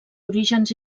orígens